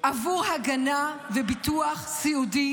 עבור הגנה וביטוח סיעודי